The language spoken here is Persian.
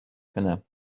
کنم